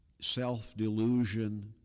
self-delusion